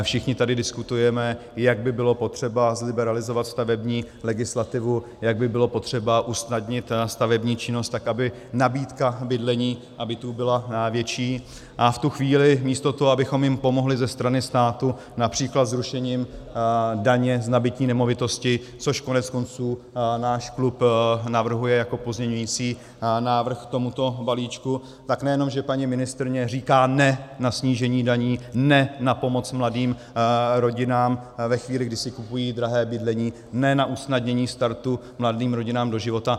Všichni tady diskutujeme, jak by bylo potřeba zliberalizovat stavební legislativu, jak by bylo potřeba usnadnit stavební činnost tak, aby nabídka bydlení a bytů byla větší, a v tu chvíli místo toho, abychom jim pomohli ze strany státu například zrušením daně z nabytí nemovitostí, což koneckonců náš klub navrhuje jako pozměňovací návrh k tomuto balíčku, tak nejenom že paní ministryně říká ne na snížení daní, ne na pomoc mladým rodinám ve chvíli, kdy si kupují drahé bydlení, ne na usnadnění startu mladým rodinám do života.